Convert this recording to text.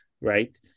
Right